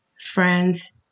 Friends